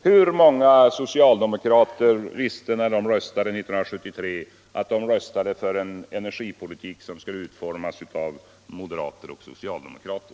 Hur många socialdemokrater visste, när de röstade 1973, att de röstade för en energipolitik som skall utformas av moderater och socialdemokrater?